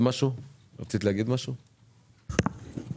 אני